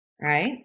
Right